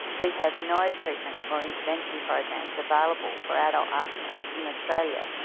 we have no treatment or intervention programs available for adult arsonists in australia.